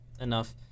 enough